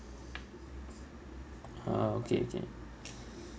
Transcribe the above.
a'ah okay okay